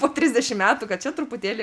po trisdešim metų kad čia truputėlį